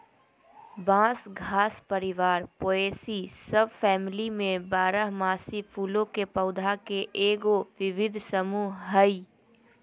बांस घास परिवार पोएसी सबफैमिली में बारहमासी फूलों के पौधा के एगो विविध समूह हइ